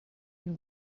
you